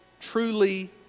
truly